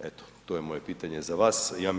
eto to je moje pitanje za vas, ja mislim da je naravno.